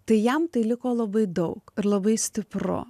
tai jam tai liko labai daug ir labai stipru